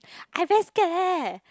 I very scared leh